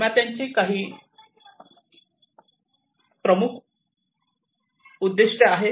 निर्मात्यांचीही काही प्रमुख उद्दिष्ट्ये आहेत